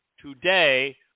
today